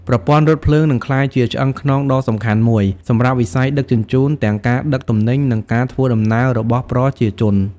ប្រព័ន្ធរថភ្លើងនឹងក្លាយជាឆ្អឹងខ្នងដ៏សំខាន់មួយសម្រាប់វិស័យដឹកជញ្ជូនទាំងការដឹកទំនិញនិងការធ្វើដំណើររបស់ប្រជាជន។